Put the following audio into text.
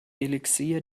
elixier